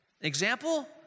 example